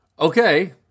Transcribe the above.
Okay